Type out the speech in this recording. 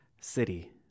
city